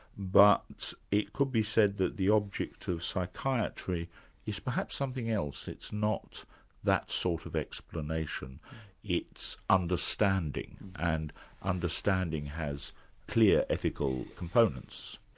but it could be said that the object of psychiatry is perhaps something else, it's not that sort of explanation it's understanding, and understanding has clear ethical components.